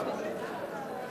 הרב,